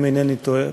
אם אינני טועה,